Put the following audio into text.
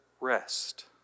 rest